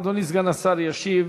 אדוני, סגן השר, ישיב